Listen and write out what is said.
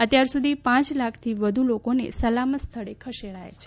અત્યાર સુધી પાંચ લાખથી વધુ લોકોને સલામત સ્થળે ખસેડવામાં આવ્યા છે